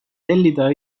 tellida